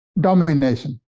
domination